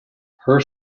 her